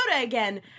again